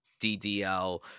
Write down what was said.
ddl